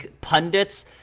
pundits